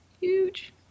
Huge